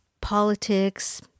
Politics